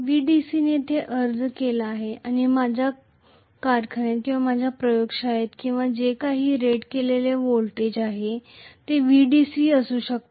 Vdc ने येथे हे लागू केला आहे आणि माझ्या कारखान्यात किंवा माझ्या प्रयोगशाळेत किंवा जे काही रेट केलेले व्होल्टेज आहे ते Vdc असू शकते